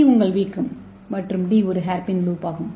C உங்கள் வீக்கம் மற்றும் டி ஒரு ஹேர்பின் லூப் ஆகும்